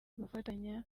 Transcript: gufatanya